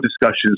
discussions